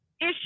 issue